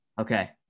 okay